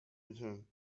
return